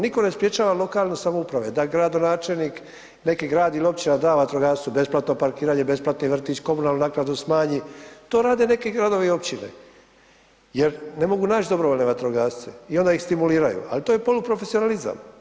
Nitko ne sprječava lokalne samouprave da gradonačelnik, neki grad ili općina da vatrogastvu besplatno parkiranje, besplatni vrtić, komunalnu naknadu smanji, to rade neki gradovi i općine jer ne mogu naći dobrovoljne vatrogasce i onda ih stimuliraju, ali to je poluprofesionalizam.